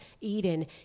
Eden